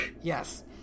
Yes